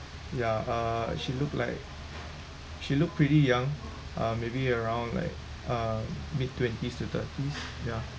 yeah uh she looked like she looked pretty young um maybe around like uh mid twenties to thirties ya